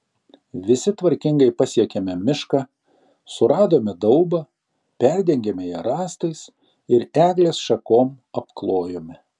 visi tvarkingai pasiekėme mišką suradome daubą perdengėme ją rąstais ir eglės šakom apklojome